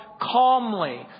calmly